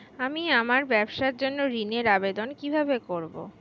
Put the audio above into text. আমি আমার ব্যবসার জন্য ঋণ এর আবেদন কিভাবে করব?